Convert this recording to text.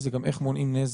זה גם איך מונעים נזק.